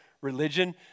religion